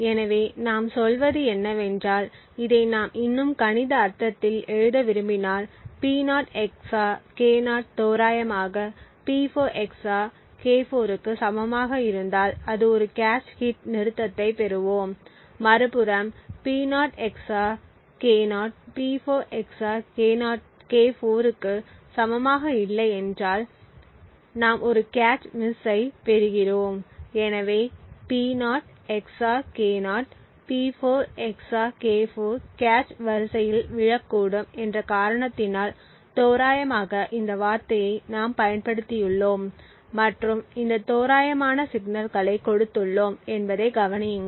எனவே நாம் சொல்வது என்னவென்றால் இதை நாம் இன்னும் கணித அர்த்தத்தில் எழுத விரும்பினால் P0 XOR K0 தோராயமாக P4 XOR K4 க்கு சமமாக இருந்தால் அது ஒரு கேச் ஹிட் நிறுத்தத்தைப் பெறுவோம் மறுபுறம் P0 XOR K0 P4 XOR K4 க்கு சமமாக இல்லையென்றால் நாம் ஒரு கேச் மிஸ் பெறுகிறோம் எனவே P0 XOR K0 P4 XOR K4 cache வரிசையில் விழக்கூடும் என்ற காரணத்தினால் தோராயமாக இந்த வார்த்தையை நாம் பயன்படுத்தியுள்ளோம் மற்றும் இந்த தோராயமான சிக்னல்களை கொடுத்துள்ளோம் என்பதை கவனியுங்கள்